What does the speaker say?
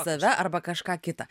save arba kažką kitą